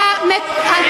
מתנהגים כמו כובשים.